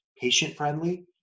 patient-friendly